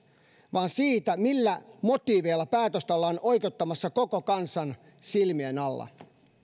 vaan siitä millä motiiveilla päätöstä ollaan oikeuttamassa koko kansan silmien alla